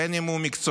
בין שהוא מקצועי,